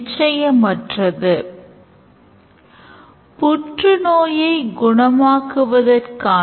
நேரம் இருக்கும்போதெல்லாம் ஒரு external actor ஆக "நேரம்" அல்லது "calander" இருக்க வேண்டும்